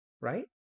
Right